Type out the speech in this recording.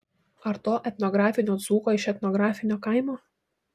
ar to etnografinio dzūko iš etnografinio kaimo